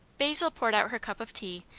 basil poured out her cup of tea,